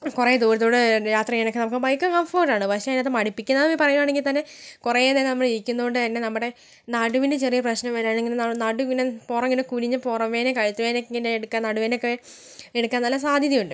കുറേ ദൂരെ ദൂരെ യാത്ര ചെയ്യാനൊക്കെ നമുക്ക് ബൈക്ക് കംഫർട്ട് ആണ് പക്ഷേ അതിനകത്ത് മടുപ്പിക്കുന്നതെന്ന് പറയുവാണെങ്കിൽ തന്നെ കുറേനേരം നമ്മൾ ഇരിക്കുന്നുണ്ട് തന്നെ നമ്മുടെ നടുവിന് ചെറിയ പ്രശ്നം വരാൻ ഇങ്ങനെ നടു ഇങ്ങനെ പുറം ഇങ്ങനെ കുനിഞ്ഞ് പുറം വേദനയും കഴുത്ത് വേദനയും ഇങ്ങനെ എടുക്കാൻ നടുവേദനയൊക്കേ എടുക്കാൻ നല്ല സാധ്യതയുണ്ട്